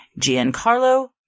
Giancarlo